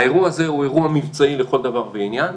האירוע הזה הוא אירוע מבצעי לכל דבר ועניין.